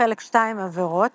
חלק ב' עבירות